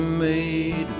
made